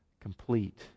complete